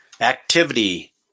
activity